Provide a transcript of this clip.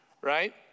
right